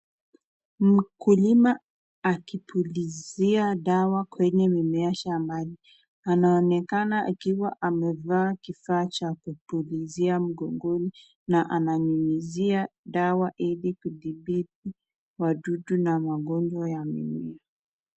Mkulima akipulizia dawa kwenye mimea shambani. Anaonekana akiwa amevaa kifaa cha kupulizia mgongoni na ananyunyizia dawa ili kudhibiti wadudu na magonjwa ya mimea.